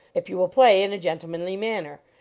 if you will play in a gentle manly manner.